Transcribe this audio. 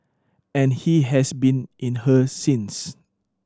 and he has been in her since